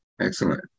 excellent